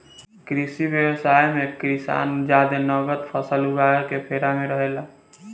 कृषि व्यवसाय मे किसान जादे नगद फसल उगावे के फेरा में रहेला